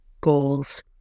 goals